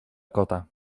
kota